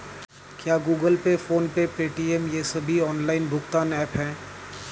क्या Google Pay PhonePe Paytm ये सभी ऑनलाइन भुगतान ऐप हैं?